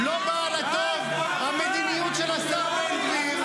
לא באה לה טוב המדיניות של השר בן גביר,